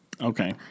Okay